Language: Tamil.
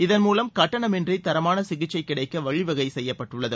இதள் மூலம் கட்டணம் இன்றிதரமானசிகிச்சைகிடைக்கவழிவகைசெய்யப்பட்டுள்ளது